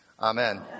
Amen